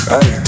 Hey